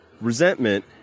Resentment